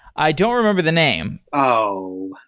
i don't remember the name oh,